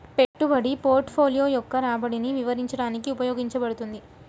పెట్టుబడి పోర్ట్ఫోలియో యొక్క రాబడిని వివరించడానికి ఉపయోగించబడుతుంది